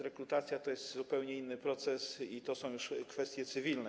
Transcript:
Rekrutacja to jest zupełnie inny proces i to są już kwestie cywilne.